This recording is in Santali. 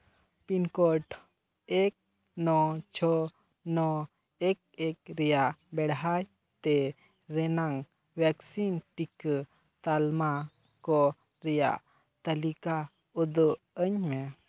ᱯᱤᱱ ᱠᱳᱰ ᱮᱹᱠ ᱱᱚ ᱪᱷᱚ ᱱᱚ ᱮᱹᱠ ᱮᱹᱠ ᱨᱮᱭᱟᱜ ᱵᱮᱲᱦᱟᱭ ᱛᱮ ᱨᱮᱱᱟᱝ ᱵᱷᱮᱠᱥᱤᱱ ᱴᱤᱠᱟᱹ ᱛᱟᱞᱢᱟ ᱠᱚ ᱨᱮᱭᱟᱜ ᱛᱟᱹᱞᱤᱠᱟ ᱩᱫᱩᱜ ᱟᱹᱧ ᱢᱮ